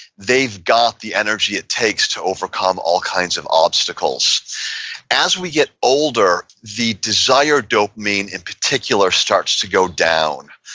they've got the energy it takes to overcome all kinds of obstacles as we get older, the desire dopamine in particular starts to go down,